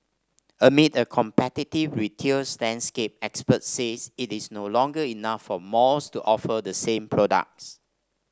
amid a competitive retails landscape experts said it is no longer enough for malls to offer the same products